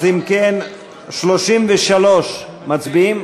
אם כן, 33 מצביעים?